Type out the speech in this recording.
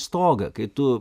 stogą kai tu